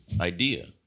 idea